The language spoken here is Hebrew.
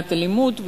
במניעת אלימות,